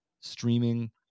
streaming